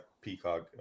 peacock